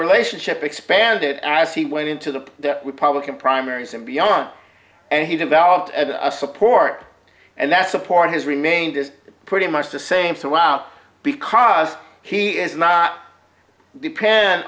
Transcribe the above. relationship expanded as he went into the republican primaries and beyond and he developed a support and that support has remained is pretty much the same throughout because he is not